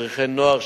מדריכי נוער,